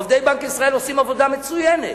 עובדי בנק ישראל עושים עבודה מצוינת,